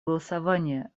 голосования